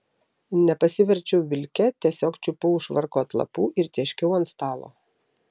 nepasiverčiau vilke tiesiog čiupau už švarko atlapų ir tėškiau ant stalo